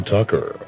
Tucker